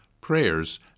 prayers